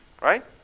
Right